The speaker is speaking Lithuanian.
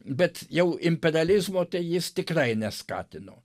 bet jau imperializmo tai jis tikrai neskatino